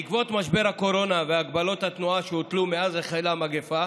בעקבות משבר הקורונה והגבלות התנועה שהוטלו מאז החלה המגפה